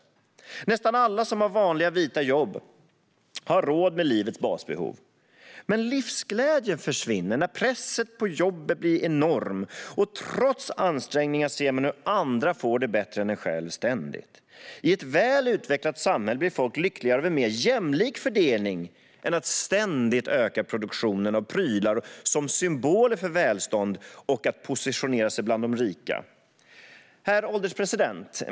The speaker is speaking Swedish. Nästan alla som har vanliga vita jobb har råd med livets basbehov. Men livsglädjen försvinner när pressen på jobbet blir enorm och när man, trots ansträngningar, ser hur andra ständigt får det bättre än en själv. I ett väl utvecklat samhälle blir folk lyckligare av en mer jämlik fördelning än av att ständigt öka produktionen av prylar som symboler för välstånd och av att positionera sig bland de rika. Herr ålderspresident!